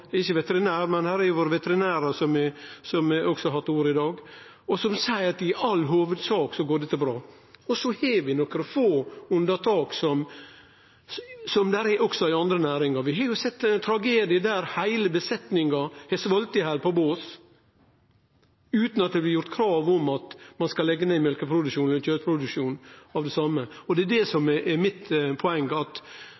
Eg er ikkje veterinær, men det har også vore veterinærar som har hatt ordet i dag, og som seier at i all hovudsak går dette bra. Så har vi nokre få unnatak, som det også er i andre næringar. Vi har jo sett tragediar der heile besetninga har svolte i hel på bås, utan at det blir sett fram krav om at ein skal leggje ned mjølkeproduksjonen eller kjøtproduksjonen av det same. Det som er